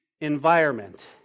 environment